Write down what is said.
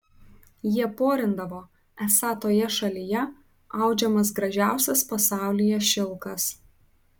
jie porindavo esą toje šalyje audžiamas gražiausias pasaulyje šilkas